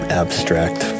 abstract